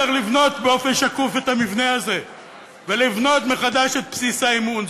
צריך לבנות באופן שקוף את המבנה הזה ולבנות מחדש את בסיס האמון.